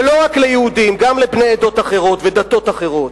ולא רק ליהודים, גם לבני עדות אחרות ודתות אחרות.